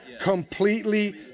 completely